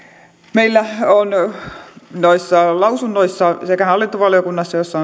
meillä on noissa lausunnoissa sekä hallintovaliokunnan jossa